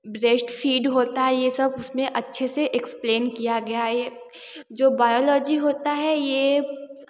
breastfed होता है यह सब उसमें अच्छे से एक्सप्लेन किया गया है जो बायोलॉजी होता है यह